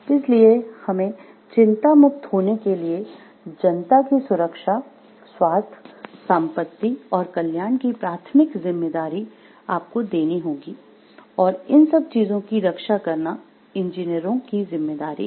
इसलिए हमें चिंतामुक्त होने के लिए जनता की सुरक्षा स्वास्थ्य संपत्ति और कल्याण की प्राथमिक जिम्मेदारी आपको देनी होगी और इन सब चीजों की रक्षा करना इंजीनियरों की जिम्मेदारी है